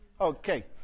Okay